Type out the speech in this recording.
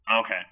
Okay